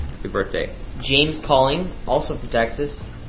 happy birthday. james collin also from texas,